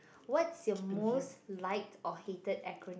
what's your most liked or hated acronym